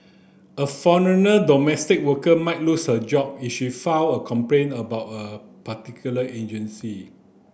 a foreigner domestic worker might lose her job if she file a complaint about a particular agency